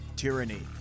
Tyranny